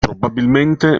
probabilmente